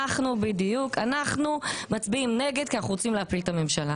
אנחנו מצביעים נגד כי אנחנו רוצים להפיל את הממשלה.